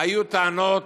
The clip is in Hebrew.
היו טענות